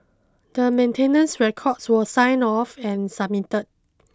the maintenance records were signed off and submitted